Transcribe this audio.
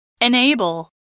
Enable